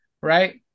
Right